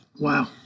Wow